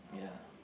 ya